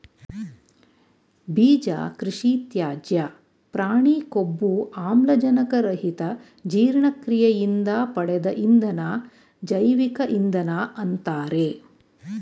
ಬೀಜ ಕೃಷಿತ್ಯಾಜ್ಯ ಪ್ರಾಣಿ ಕೊಬ್ಬು ಆಮ್ಲಜನಕ ರಹಿತ ಜೀರ್ಣಕ್ರಿಯೆಯಿಂದ ಪಡೆದ ಇಂಧನ ಜೈವಿಕ ಇಂಧನ ಅಂತಾರೆ